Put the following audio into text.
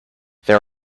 there